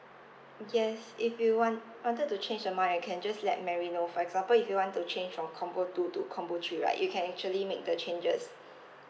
yes if you want wanted to change your mind you can just let marry know for example if you want to change from combo two to combo three right you can actually make the changes